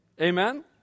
Amen